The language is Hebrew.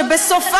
הסתה